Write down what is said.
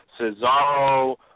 Cesaro